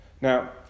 Now